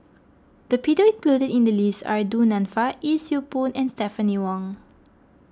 the people included in the list are Du Nanfa Yee Siew Pun and Stephanie Wong